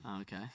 Okay